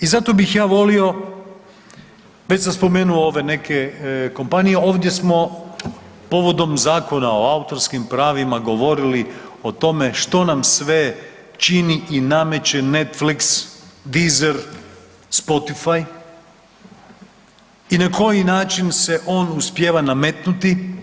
I zato bih ja volio već sam spomenuo ove neke kompanije, ovdje smo povodom Zakona o autorskim pravima govorili o tome što nam sve čini i nameće Netflix, Deeser, Spotify i na koji način se on uspijeva nametnuti.